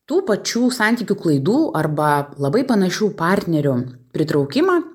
tų pačių santykių klaidų arba labai panašių partnerių pritraukimą